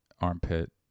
armpit